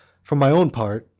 for my own part,